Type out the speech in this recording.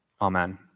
Amen